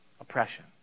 oppression